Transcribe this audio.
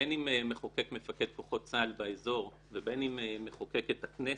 בין אם מחוקק מפקד כוחות צה"ל באזור ובין אם מחוקקת הכנסת,